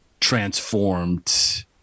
transformed